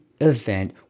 event